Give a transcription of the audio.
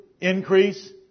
increase